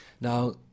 Now